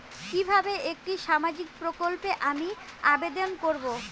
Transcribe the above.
কিভাবে একটি সামাজিক প্রকল্পে আমি আবেদন করব?